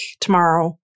tomorrow